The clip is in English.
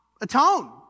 atone